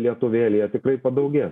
lietuvėlėje tikrai padaugės